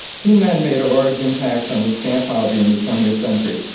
two men made a large impact on the stamp hobby in the twentieth century,